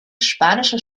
spanische